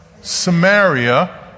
Samaria